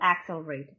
accelerate